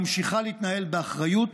ממשיכה להתנהל באחריות,